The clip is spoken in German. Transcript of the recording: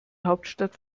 hauptstadt